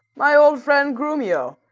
my old friend grumio!